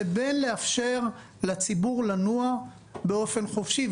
לבין לאפשר לציבור לנוע באופן חופשי.